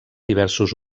diversos